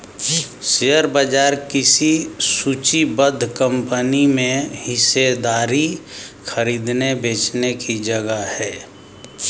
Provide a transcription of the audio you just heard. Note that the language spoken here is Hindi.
शेयर बाजार किसी सूचीबद्ध कंपनी में हिस्सेदारी खरीदने बेचने की जगह है